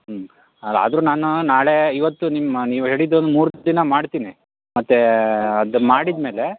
ಹ್ಞ್ ಅದು ಆದರೂ ನಾನು ನಾಳೆ ಇವತ್ತು ನಿಮ್ಮ ನೀವು ಹೇಳಿದೊಂದು ಮೂರು ದಿನ ಮಾಡ್ತೀನಿ ಮತ್ತು ಅದು ಮಾಡಿದ್ಮೇಲೆ